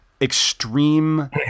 extreme